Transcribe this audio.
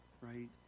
right